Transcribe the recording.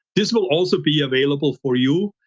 this will also be available for you.